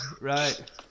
Right